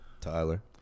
Tyler